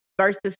versus